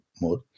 more